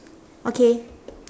okay